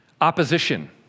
opposition